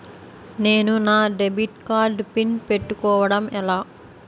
నేను నా debit card PIN పెట్టుకోవడం ఎలా?